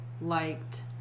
liked